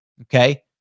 Okay